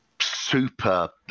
super